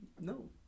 No